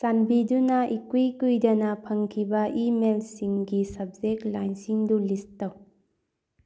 ꯆꯥꯟꯕꯤꯗꯨꯅ ꯏꯀꯨꯏ ꯀꯨꯏꯗꯅ ꯐꯪꯈꯤꯕ ꯏꯃꯦꯜ ꯁꯤꯡꯒꯤ ꯁꯕꯖꯦꯛ ꯂꯥꯏꯟꯁꯤꯡꯗꯨ ꯂꯤꯁ ꯇꯧ